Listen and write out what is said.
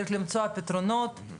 אני